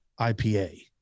IPA